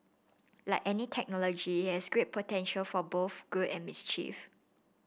like any technology it has great potential for both good and mischief